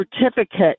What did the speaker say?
Certificate